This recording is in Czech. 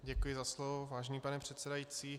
Děkuji za slovo, vážený pane předsedající.